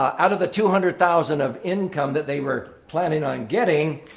out of the two hundred thousand of income that they were planning on getting,